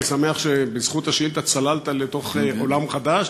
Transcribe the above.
אני שמח שבזכות השאילתה צללת לתוך עולם חדש